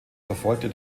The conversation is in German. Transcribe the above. verfolgte